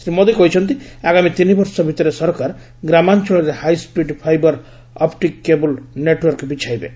ଶ୍ରୀ ମୋଦୀ କହିଛନ୍ତି ଆଗାମୀ ତିନି ବର୍ଷ ଭିତରେ ସରକାର ଗ୍ରାମାଞ୍ଚଳରେ high speed fibre optic cable network ବିଛାଇବେ